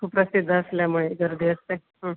खूप प्रसिद्ध असल्यामुळे गर्दी असते हं